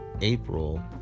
April